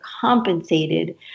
compensated